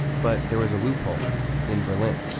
but there was a loophole in berlin.